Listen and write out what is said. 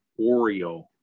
Oreo